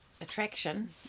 attraction